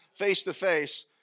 face-to-face